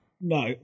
No